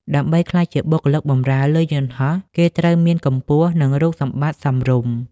ដើម្បីក្លាយជាបុគ្គលិកបម្រើលើយន្តហោះ គេត្រូវមានកម្ពស់និងរូបសម្បត្តិសមរម្យ។